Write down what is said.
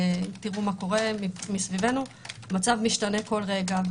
תראו מה קורה מסביבנו - המצב משתנה כל רגע.